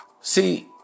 See